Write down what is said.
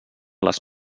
les